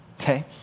okay